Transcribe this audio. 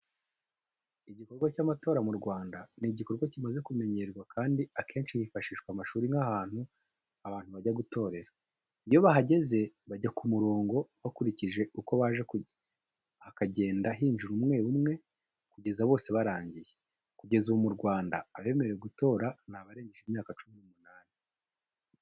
Igikorwa cy'amatora mu Rwanda ni igikorwa kimaze kumenyerwa kandi akenshi hifashishwa amashuri nk'ahantu abantu bajya gutorera, iyo bahageze bajya ku murongo bakurikije uko baje hakagenda hinjira umwe umwe kugeza bose barangiye. Kugeza ubu mu Rwanda abemerewe gutora ni abarengeje imyaka cumi n'umunani.